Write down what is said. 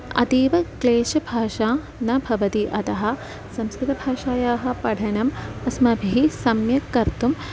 अतीवक्लेशभाषा न भवति अतः संस्कृतभाषायाः पठनम् अस्माभिः सम्यक् कर्तुं